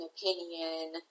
opinion